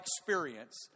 experience